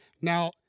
Now